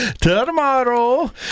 tomorrow